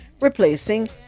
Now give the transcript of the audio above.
replacing